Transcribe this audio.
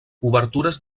obertures